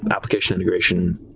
application integration.